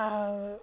আৰু